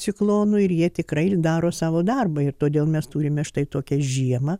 ciklonų ir jie tikrai daro savo darbą ir todėl mes turime štai tokią žiemą